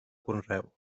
conreu